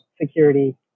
security